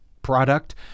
Product